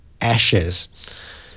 Ashes